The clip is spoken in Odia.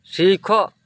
ଶିଖ